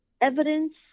Evidence